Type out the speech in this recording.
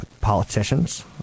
politicians